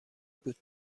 بود